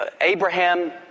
Abraham